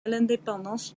l’indépendance